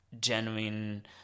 genuine